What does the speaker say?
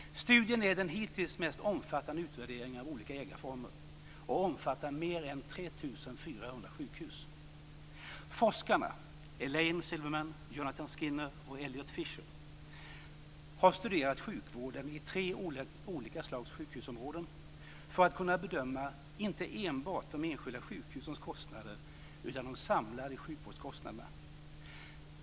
Studien är den hittills mest omfattande utvärderingen av olika ägarformer och omfattar mer än 3 400 sjukhus. Forskarna, Elaine Silverman, Jonathan Skinner och Elliot Fischer, har studerat sjukvården i tre olika slags sjukhusområden för att kunna bedöma inte enbart de enskilda sjukhusens kostnader utan de samlade sjukvårdskostnaderna.